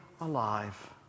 alive